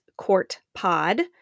CourtPod